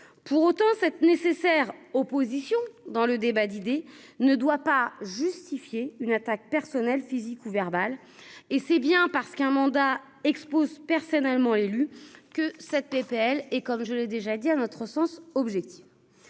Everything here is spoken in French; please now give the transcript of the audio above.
pour autant cette nécessaire opposition dans le débat d'idées ne doit pas justifier une attaque personnelle, physique ou verbale, et c'est bien parce qu'un mandat expose personnellement élu que cette PPL et comme je l'ai déjà dit à notre sens objectif